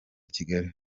kigali